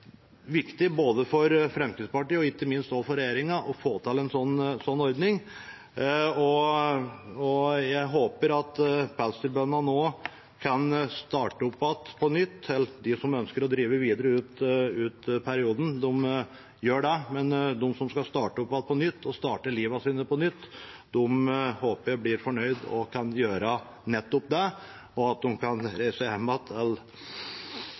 viktig for Fremskrittspartiet, og ikke minst for regjeringen, å få til en sånn ordning. Jeg håper at pelsdyrbøndene nå kan starte opp på nytt. De som ønsker å drive videre ut perioden, gjør det, men de som skal starte opp på nytt – starte livet på nytt – håper jeg blir fornøyd og kan gjøre nettopp det, at de kan reise